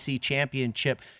championship